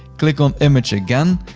click on image again,